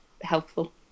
helpful